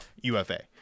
UFA